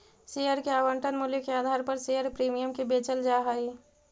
share के आवंटन मूल्य के आधार पर शेयर प्रीमियम के बेचल जा हई